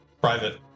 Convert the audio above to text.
private